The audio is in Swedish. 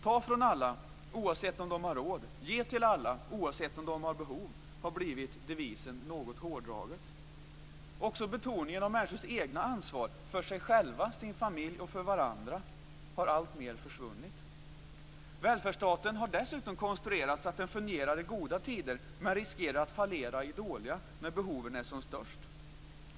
Ta från alla, oavsett om de har råd, och ge till alla, oavsett om de har behov, har något hårdraget blivit devisen. Också betoningen av människors eget ansvar för sig själva, sin familj och för varandra har alltmer försvunnit. Välfärdsstaten har dessutom konstruerats så att den fungerar i goda tider, men riskerar att fallera i dåliga när behoven är som störst.